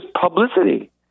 publicity